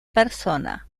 persona